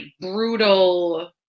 brutal